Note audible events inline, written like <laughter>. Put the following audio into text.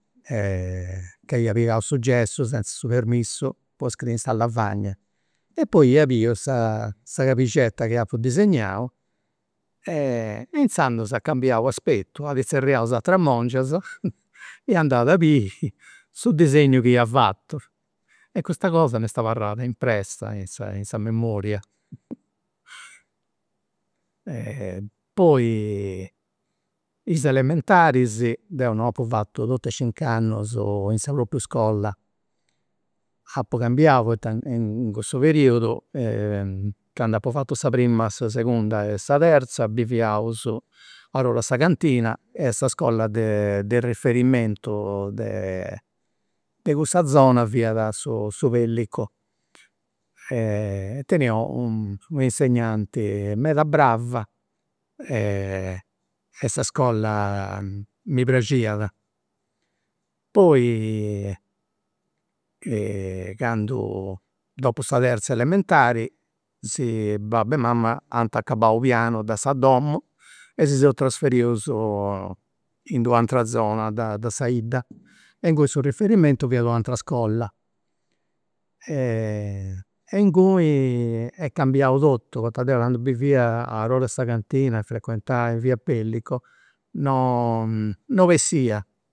E ca ia pigau su gessu senz'e permissu po iscriri in sa lavagna, e poi iat biu sa cabixetta chi apu disegnau e izandus at cambiau aspetu, at tzerriau is ateras mongias <laughs> e andat <laughs> a biri su disegnu chi ia fatu e custa cosa m'est abarrada impressa in sa memoria <laughs> e poi is elementaris deu non apu fatu totus is cincu annus in sa propriu iscola, apu cambiau poita in cussu periudu, <hesitation> candu apu fatu sa prima sa segunda e sa terza biviaus a 'r'or'a sa cantina e sa iscola de riferimentu de de cussa zona fiat su pellicu e tenia u'insegnanti meda brava e sa iscola mi praxiat, poi <hesitation> candu, dopu sa terza elementari si, babbu e mama ant acabau u' pianu de sa domu e si seus trasferius in d'un'atera zona de de sa 'idda e inguni su riferimentu fiat u'atera iscola <hesitation> e inguni est cambiau totu poita deu candu bivia or'or' a sa cantina e frequentà in via pellico non non bessia